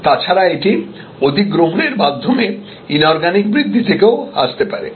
তাছাড়া এটি অধিগ্রহণের মাধ্যমে ইনঅর্গানিক বৃদ্ধি থেকেও আসতে পারে